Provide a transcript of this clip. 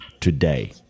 today